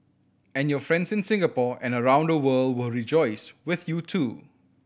and your friends in Singapore and around the world will rejoice with you too